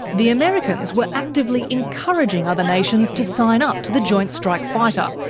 the americans were actively encouraging other nations to sign up to the joint strike fighter,